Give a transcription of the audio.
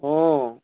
অ